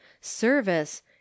service